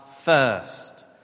First